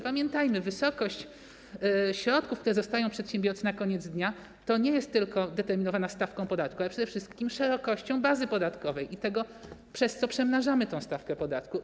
Pamiętajmy, że wysokość środków, które zostają przedsiębiorcy na koniec dnia, jest determinowana nie tylko stawką podatku, ale przede wszystkim szerokością bazy podatkowej i tym, przez co przemnażamy tę stawkę podatku.